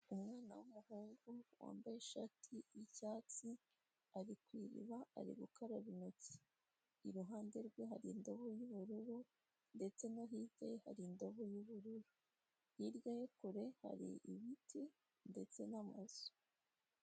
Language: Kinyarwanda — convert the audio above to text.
Umwana w'umuhungu wambaye ishati y'icyatsi, ari ku iriba, ari gukaraba intoki, iruhande rwe hari indobo y'ubururu ndetse no hirya ye hari indobo y'ubururu, hirya ye kure hari ibiti ndetse n'amazu.